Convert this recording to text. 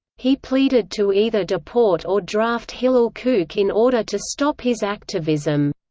he pleaded to either deport or draft hillel kook in order to stop his activism